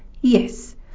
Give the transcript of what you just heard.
Yes